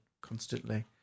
constantly